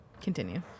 Continue